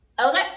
Okay